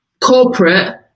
corporate